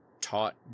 taught